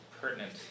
pertinent